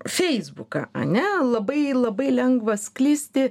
feisbuką ane labai labai lengva sklisti